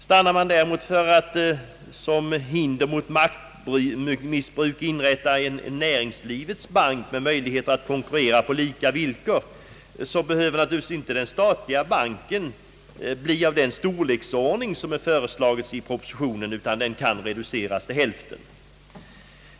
Stannar man däremot för att såsem hinder mot maktmissbruk inrätta en näringslivets bank med möjligheter att konkurrera på lika villkor, behöver naturligtvis inte den statliga banken bli av den storlek som är föreslagen i propositionen utan kan reduceras till hälften.